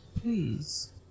Please